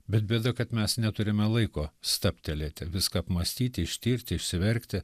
bet bėda kad mes neturime laiko stabtelėti viską apmąstyti ištirti išsiverkti